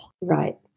Right